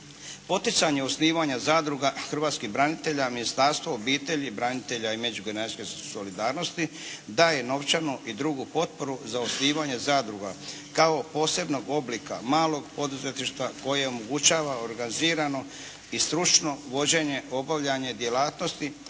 Poticanje osnivanja zadruga hrvatskih branitelja Ministarstvo obitelji, branitelja i međugeneracijske solidarnosti daje novčanu i drugu potporu za osnivanje zadruga kao posebnog oblika malog poduzetništva koje omogućava organizirano i stručno vođenje obavljanje djelatnosti,